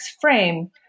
frame